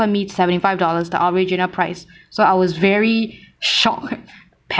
offer me seventy five dollars the original price so I was very shocked